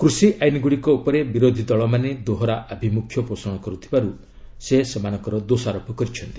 କୃଷି ଆଇନଗୁଡ଼ିକ ଉପରେ ବିରୋଧୀଦଳମାନେ ଦୋହରା ଆଭିମୁଖ୍ୟ ପୋଷଣ କରୁଥିବାରୁ ସେ ଦୋଷାରୋପ କରିଛନ୍ତି